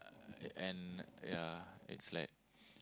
and and ya it's like